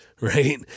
right